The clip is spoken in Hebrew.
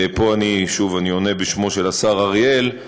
ופה, שוב, אני עונה בשמו של השר אריאל,